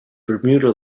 bermuda